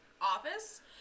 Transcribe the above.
office